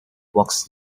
was